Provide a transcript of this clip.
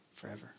forever